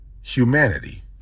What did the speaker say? humanity